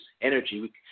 energy